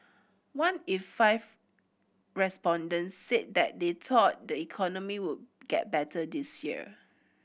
one in five respondents said that they thought the economy would get better this year